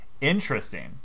Interesting